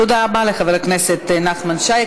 תודה רבה לחבר הכנסת נחמן שי.